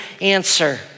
answer